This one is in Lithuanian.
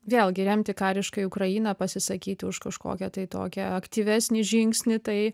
vėlgi remti kariškai ukrainą pasisakyti už kažkokią tai tokią aktyvesnį žingsnį tai